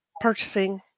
purchasing